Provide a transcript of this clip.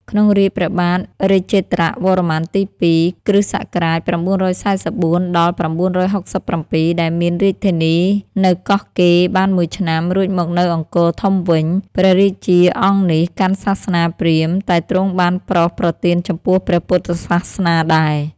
ក្នុងរាជ្យព្រះបាទរាជេន្ទ្រវរ្ម័នទី២ (គ.ស ៩៤៤-៩៦៧) ដែលមានរាជធានី នៅកោះកេរបានមួយឆ្នាំ រួចមកនៅអង្គរធំវិញ ព្រះរាជាអង្គនេះកាន់សាសនាព្រាហ្មណ៍ តែទ្រង់បានប្រោសប្រទានចំពោះព្រះពុទ្ធសាសនាដែរ ។